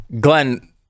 Glenn